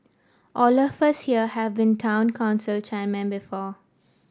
all of us here have been Town Council chairmen before